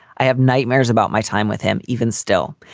i have nightmares about my time with him even still,